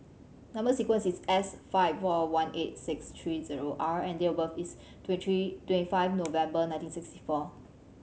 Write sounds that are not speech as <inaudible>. number sequence is S five four one eight six three zero R and date of birth is <unintelligible> three twenty five November nineteen sixty four